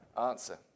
answer